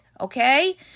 okay